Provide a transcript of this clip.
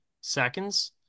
seconds